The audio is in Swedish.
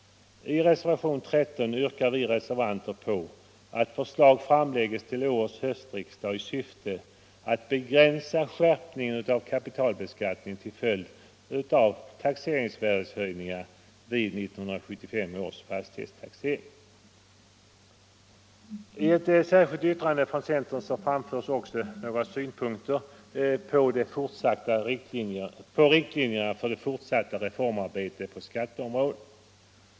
I reservationen 13 yrkar vi reservanter att förslag framlägges till årets höstriksdag i syfte att begränsa skärpningen av kapitalbeskattningen till följd av taxeringsvärdeshöjningar vid 1975 års allmänna fastighetstaxering. I ett särskilt yttrande från centern framförs också några synpunkter på riktlinjerna för det fortsatta reformarbetet på skatteområdet.